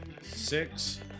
Six